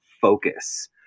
focus